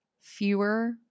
fewer